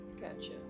Gotcha